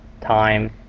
time